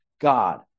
God